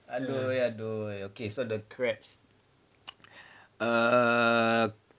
!aduh! !aduh! okay so the crabs err